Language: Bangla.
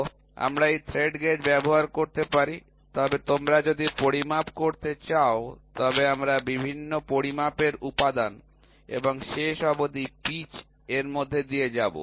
তো আমরা এই থ্রেড গেজ ব্যবহার করতে পারি তবে তোমরা যদি পরিমাপ করতে চাও তবে আমরা পরিমাপের বিভিন্ন উপাদান এবং শেষ অবধি পিচ এর মধ্যে দিয়ে যাব